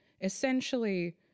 essentially